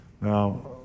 Now